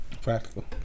Practical